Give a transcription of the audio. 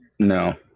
No